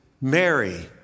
Mary